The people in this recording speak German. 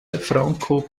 franco